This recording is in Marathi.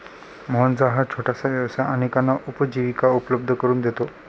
मोहनचा हा छोटासा व्यवसाय अनेकांना उपजीविका उपलब्ध करून देतो